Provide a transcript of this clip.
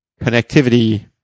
connectivity